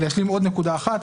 אני אשלים עוד נקודה אחת.